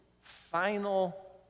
final